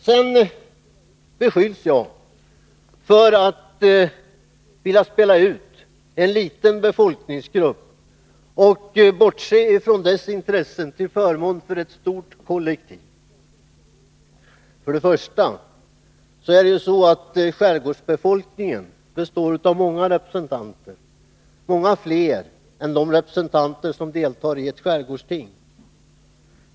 Sedan beskylls jag för att vilja bortse från de intressen som en liten befolkningsgrupp har till förmån för ett kollektiv. Men skärgårdsbefolkningen består av många representanter — många fler än de representanter som deltar i ett skärgårdsting.